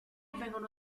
vengono